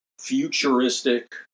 futuristic